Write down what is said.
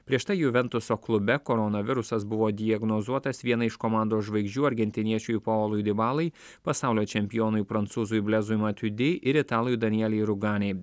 prieš tai juventuso klube koronavirusas buvo diagnozuotas vienai iš komandos žvaigždžių argentiniečiui paolui dibalai pasaulio čempionui prancūzui blezui matiudi ir italui danielei ruganei